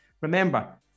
Remember